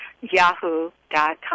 yahoo.com